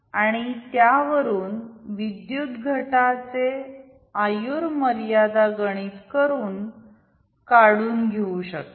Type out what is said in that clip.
आणि त्यावरून विद्युतघटाचे आयुर्मर्यादा गणित करून काढून घेऊ शकता